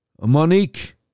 Monique